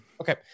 Okay